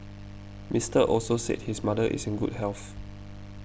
Mister Also said his mother is in good health